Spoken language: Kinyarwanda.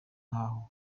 nk’aho